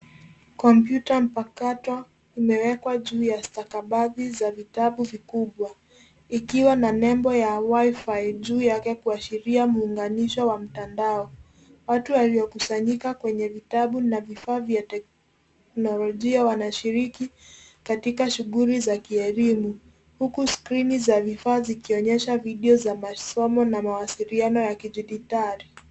Kompyuta mpakato imewekwa juu ya stakabadhi za vitabu vikubwa, ikiwa na nembo ya WI-FI juu yake kuashiria muunganisho wa mtandao. Watu waliokusanyika kwenye vitabu na vifaa vya teknolojia wanashiriki katika shughuli za kielimu, huku skrini za vifaa zikionyesha video za masomo na mawasiliano ya kidijitali.